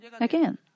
Again